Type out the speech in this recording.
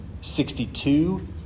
sixty-two